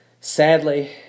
Sadly